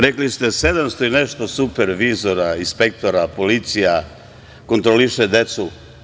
Rekli ste 700 i nešto supervizora, inspektora, policije kontroliše decu.